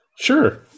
Sure